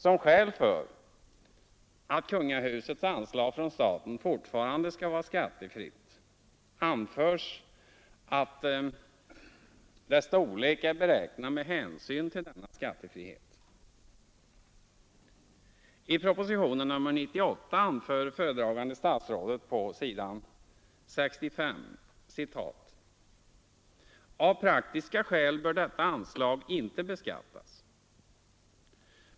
Som skäl för att kungahusets anslag från staten fortfarande skall vara skattefritt anförs att dess storlek är beräknat med hänsyn till denna skattefrihet. I propositionen 98 anför föredragande statsrådet på s. 65: ”Av praktiska skäl bör detta anslag inte beskattas.